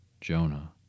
Jonah